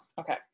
Okay